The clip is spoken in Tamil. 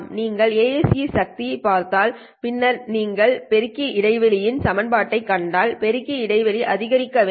நீங்கள் ASE சக்தி பார்த்தால் பின்னர் இதை நீங்கள் பெருக்கி இடைவெளி La இன் செயல்பாடாகக் கண்டால் பெருக்கி இடைவெளி அதிகரிக்க வேண்டும்